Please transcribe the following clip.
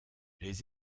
les